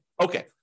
Okay